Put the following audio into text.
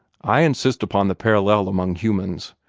i insist upon the parallel among humans.